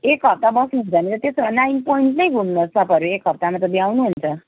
एक हफ्ता बस्नुहुन्छ भने त्यसो भए नाइन पोइन्ट नै घुम्नुहोस् तपाईँहरू एक हफ्तामा त भ्याउनुहुन्छ